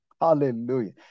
Hallelujah